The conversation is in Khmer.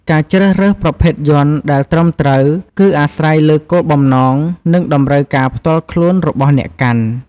ការជ្រើសរើសប្រភេទយ័ន្តដែលត្រឹមត្រូវ គឺអាស្រ័យលើគោលបំណង និងតម្រូវការផ្ទាល់ខ្លួនរបស់អ្នកកាន់។